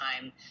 time